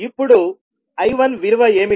ఇప్పుడు I1 విలువ ఏమిటి